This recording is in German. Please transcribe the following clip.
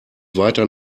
weiter